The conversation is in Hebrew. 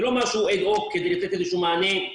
זה לא משהו אד-הוק כדי לתת איזשהו מענה.